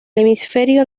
hemisferio